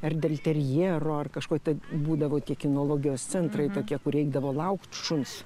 ar del terjero ar kažko tai būdavo tie kinologijos centrai tokie kur reikdavo laukt šuns